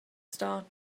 start